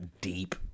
deep